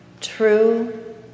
true